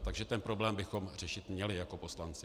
Takže ten problém bychom řešit měli jako poslanci.